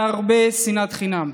והרבה שנאת חינם.